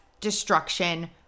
destruction